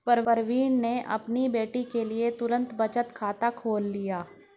प्रवीण ने अपनी बेटी के लिए तुरंत बचत खाता खोल लिया